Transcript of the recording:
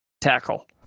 Tackle